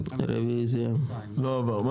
הצבעה ההסתייגויות נדחו לא עבר.